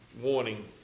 warning